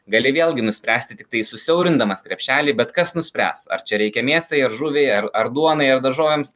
gali vėlgi nuspręsti tiktai susiaurindamas krepšelį bet kas nuspręs ar čia reikia mėsai ar žuviai ar ar duonai ar daržovėms